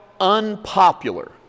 unpopular